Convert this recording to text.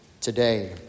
today